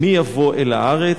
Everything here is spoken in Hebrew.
מי יבוא אל הארץ?